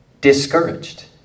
discouraged